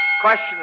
question